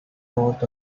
north